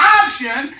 option